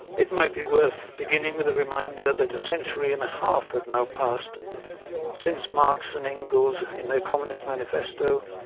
it might be worth beginning with a reminder that a century and a half have now passed since marx and engels, in their communist manifesto,